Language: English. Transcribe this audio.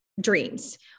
dreams